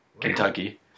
Kentucky